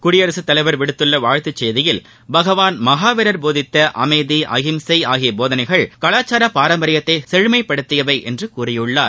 குடியரசுத் தலைவர் விடுத்துள்ள வாழ்த்து செய்தியில் பகவான் மகாவீரர் போதித்த அமைதி அகிம்சை ஆகிய போதனைகள் கலாச்சார பாரம்பரியத்தை செழுமைப்படுத்தியவை என்று கூறியுள்ளார்